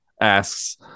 asks